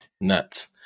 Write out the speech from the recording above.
Nuts